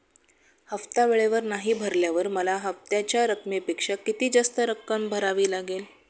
हफ्ता वेळेवर नाही भरल्यावर मला हप्त्याच्या रकमेपेक्षा किती जास्त रक्कम भरावी लागेल?